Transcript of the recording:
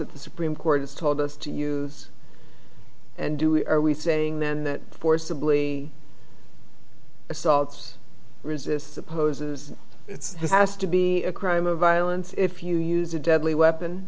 that the supreme court has told us to use and do we are we saying then that forcibly assaults resists opposes this has to be a crime of violence if you use a deadly weapon